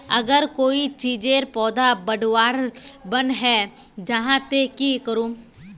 अगर कोई चीजेर पौधा बढ़वार बन है जहा ते की करूम?